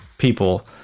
people